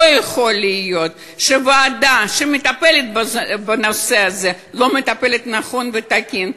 לא יכול להיות שהוועדה שמטפלת בנושא הזה לא מטפלת נכון ותקין.